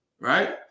right